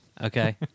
Okay